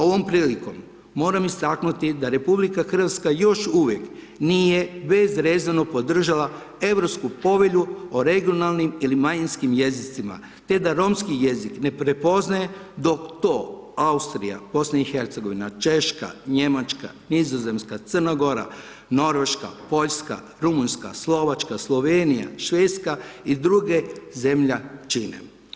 Ovom prilikom moram istaknuti da RH još uvijek nije bezrezervno podržala Europsku povelju o regionalnim ili manjinskim jezicima te da romski jezik ne prepoznaje, dok to Austrija, BiH, Češka, Njemačka, Nizozemska, Crna Gora, Norveška, Poljska, Rumunjska, Slovačka, Slovenija, Švedska i druge zemlje čine.